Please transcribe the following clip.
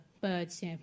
birds